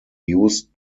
used